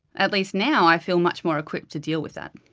at least now i feel much more equipped to deal with that